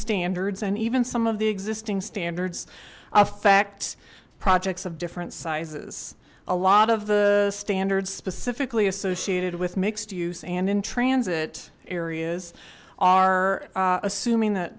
standards and even some of the existing standards affect projects of different sizes a lot of the standards specifically associated with mixed use and in transit areas are assuming